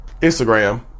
Instagram